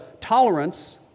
tolerance